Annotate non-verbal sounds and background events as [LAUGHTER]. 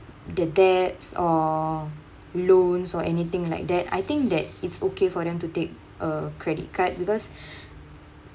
the debts or loans or anything like that I think that it's okay for them to take a credit card because [BREATH]